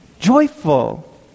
joyful